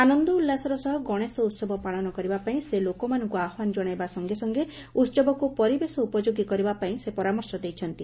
ଆନନ୍ଦ ଉଲ୍ଲାସର ସହ ଗଣେଶ ଉହବ ପାଳନ କରିବା ପାଇଁ ସେ ଲୋକମାନଙ୍କୁ ଆହ୍ୱାନ ଜଣାଇବା ସଙେସଙେ ଉହବକୁ ପରିବେଶ ଉପଯୋଗୀ କରିବା ପାଇଁ ସେ ପରାମର୍ଶ ଦେଇଛନ୍ତି